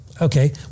okay